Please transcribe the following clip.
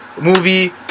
movie